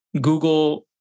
Google